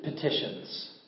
petitions